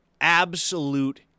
Absolute